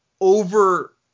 over